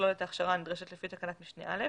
תכלול את ההכשרה הנדרשת לפי תקנת משנה (א)